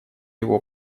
его